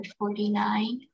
49